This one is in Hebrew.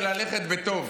של ללכת בטוב.